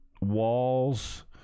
walls